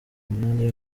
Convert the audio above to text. umunani